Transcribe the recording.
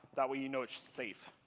that way you know it's safe.